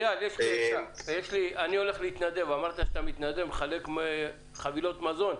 אייל, אמרת שאתה מתנדב ומחלק חבילות מזון.